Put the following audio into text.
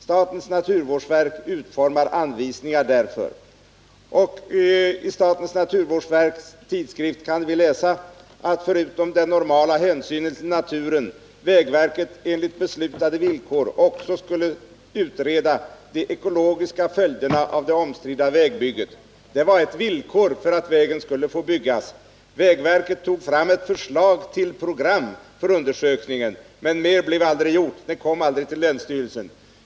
Statens naturvårdsverk utformar anvisningar därför.” Vi kan vidare i naturvårdsverkets tidskrift läsa följande ur en artikel från verket: ”Förutom den normala hänsynen till naturen, skulle vägverket enligt beslutade villkor också utreda de ekologiska följderna av det omstridda vägbygget. Det var ett villkor för att vägen skulle få byggas.” Vägverket tog fram ett förslag till program för undersökningen, men mer blev aldrig gjort. Ärendet kom aldrig till länsstyrelsen.